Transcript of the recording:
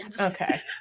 Okay